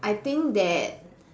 I think that